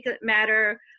matter